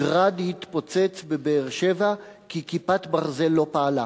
"גראד" התפוצץ בבאר-שבע כי "כיפת ברזל" לא פעלה.